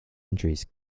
injuries